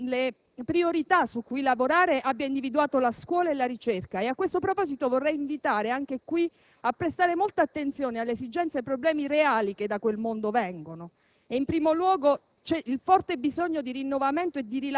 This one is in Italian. Ritengo importante che tra le priorità su cui lavorare lei abbia individuato la scuola e la ricerca. A questo proposito vorrei invitare a prestare molta attenzione alle esigenze e ai problemi reali che vengono da quel mondo. In primo luogo,